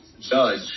judge